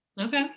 Okay